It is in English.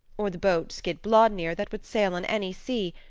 or the boat skidbladnir that would sail on any sea,